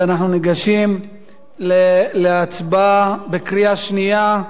אנחנו ניגשים להצבעה בקריאה שנייה,